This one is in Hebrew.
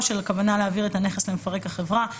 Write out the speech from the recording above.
על הכוונה להעביר את הנכס למפרק החברה.